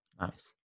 nice